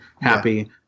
happy